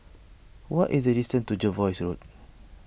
what is the distance to Jervois Road